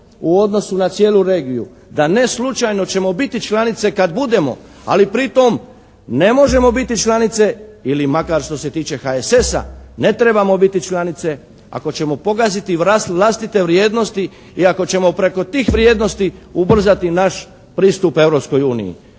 u odnosu na cijelu regiju. Da ne slučajno ćemo biti članice kad budemo, ali pri tom ne možemo biti članice ili makar što se tiče HSS-a ne trebamo biti članice ako ćemo pogaziti vlastite vrijednosti i ako ćemo preko tih vrijednosti ubrzati naš pristup